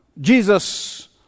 Jesus